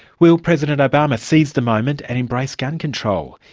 will president obama seize the moment and embrace gun control?